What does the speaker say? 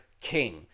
King